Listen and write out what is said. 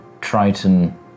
Triton